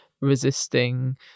resisting